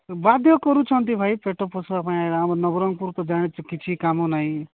ବାଧ୍ୟ କରୁଛନ୍ତି ଭାଇ ପେଟ ପୋଷିବା ପାଇଁ ଆମ ନବରଙ୍ଗପୁର ତ ଜାଣିଛୁ କିଛି କାମ ନାହିଁ